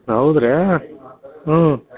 ಹೌದ್ರಾ ಹ್ಞೂ